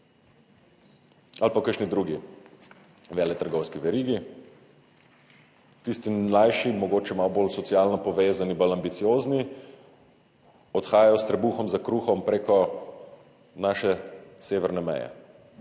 ali pa v kakšni drugi veletrgovski verigi. Tisti mlajši, mogoče malo bolj socialno povezani, bolj ambiciozni, odhajajo s trebuhom za kruhom preko naše severne meje,